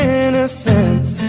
innocence